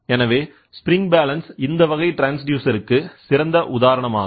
எனவே spring balance இந்த வகை ட்ரான்ஸ்டியூசர் க்கு சிறந்த உதாரணமாகும்